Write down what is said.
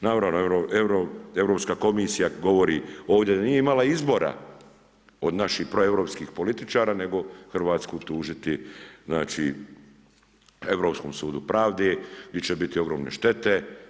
Naravno Europska komisija govori ovdje da nije imala izbora od naših proeuropskih političara, nego Hrvatsku tužiti znači Europskom sudu pravde di će biti ogromne štete.